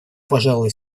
пожалуй